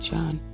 John